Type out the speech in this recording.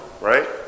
right